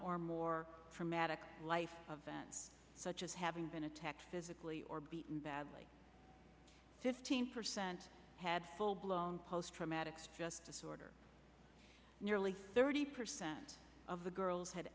or more for medical life such as having been attacked physically or beaten badly fifteen percent had full blown post traumatic stress disorder nearly thirty percent of the girls had